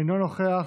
אינו נוכח,